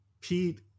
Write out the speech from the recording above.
Pete